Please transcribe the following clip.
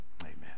amen